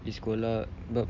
pergi sekolah sebab